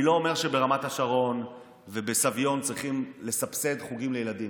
אני לא אומר שברמת השרון ובסביון צריכים לסבסד חוגים לילדים,